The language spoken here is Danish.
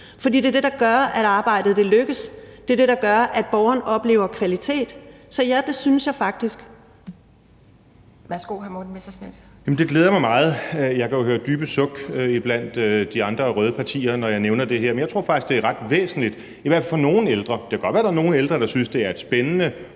Værsgo til hr. Morten Messerschmidt. Kl. 10:36 Morten Messerschmidt (DF): Det glæder mig meget. Jeg kan jo høre dybe suk iblandt de andre røde partier, når jeg nævner det her, men jeg tror faktisk, det er ret væsentligt, i hvert fald for nogle ældre. Det kan godt være, at der er nogle ældre, der synes, det er et spændende